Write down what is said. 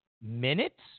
minutes